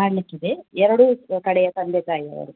ಮಾಡಲಿಕ್ಕಿದೆ ಎರಡೂ ಕಡೆಯ ತಂದೆ ತಾಯಿಯವರು